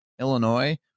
Illinois